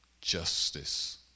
justice